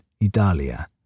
Italia